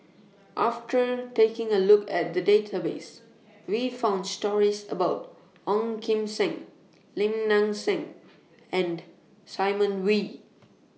after taking A Look At The Database We found stories about Ong Kim Seng Lim Nang Seng and Simon Wee